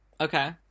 Okay